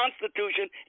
Constitution